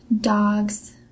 Dogs